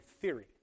theory